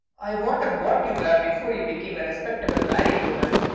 i wonder what you were before you be came a respectable married woman.